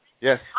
Yes